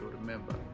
remember